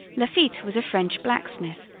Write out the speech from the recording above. lafitte was a french blacksmith,